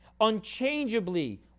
unchangeably